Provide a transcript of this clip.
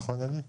נכון.